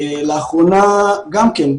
לאחרונה גם כן,